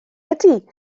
ydy